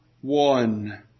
one